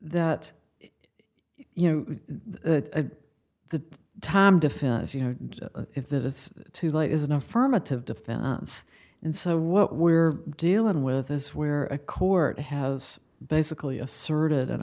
that you know the time to finish is you know if this is too late is an affirmative defense and so what we're dealing with this where a court has basically asserted